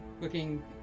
looking